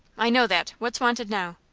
i know that. what's wanted now?